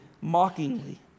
mockingly